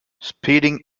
speeding